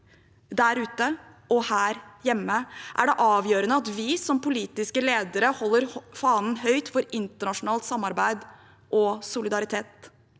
der ute og her hjemme, er det avgjørende at vi som politiske ledere holder fanen høyt for internasjonalt samarbeid og solidaritet.